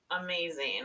amazing